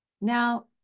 Now